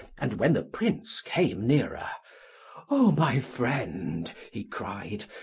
and when the prince came nearer o my friend, he cried,